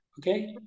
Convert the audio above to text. okay